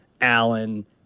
Allen